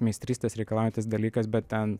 meistrystės reikalaujantis dalykas bet ten